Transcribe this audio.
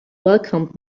welcomed